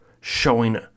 showing